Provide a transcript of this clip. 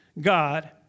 God